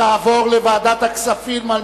התש"ע 2009, לדיון מוקדם בוועדת הכספים נתקבלה.